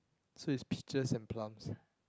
so is peaches and plums